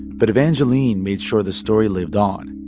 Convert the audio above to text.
but evangeline made sure the story lived on.